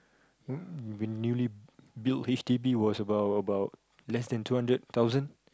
uh been newly build h_d_b was about about less than two hundred thousand